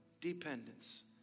dependence